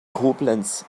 koblenz